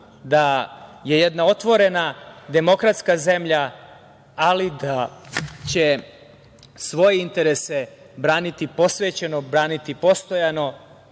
da je jedna otvorena demokratska zemlja, ali da će svoje interese posvećeno, braniti postojano